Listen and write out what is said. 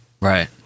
Right